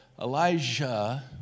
Elijah